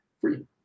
free